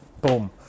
Boom